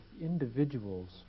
individuals